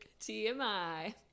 TMI